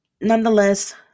nonetheless